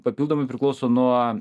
papildomai priklauso nuo